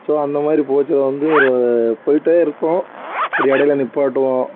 so அந்த மாதிரி போச்சதை வந்து ஒரு போய்ட்டேயிருப்போம் ஒரு இடைல நிப்பாட்டுவோம்